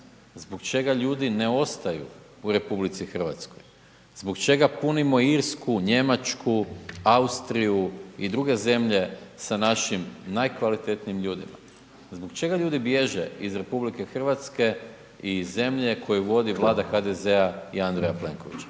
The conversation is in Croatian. Zbog čega ljudi ne ostanu u RH, zbog čega punimo Irsku, Njemačku, Austriju i druge zemlje sa našim najkvalitetnijim ljudima? Zbog čega ljudi bježe iz RH i iz zemlje koju vodi Vlada HDZ-a i Andreja Plenkovića?